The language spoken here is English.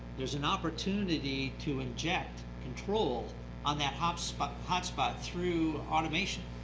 there's an opportunity to inject control on that hotspot hotspot through automation.